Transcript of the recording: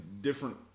different